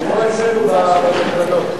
כמו אצלנו במכללות.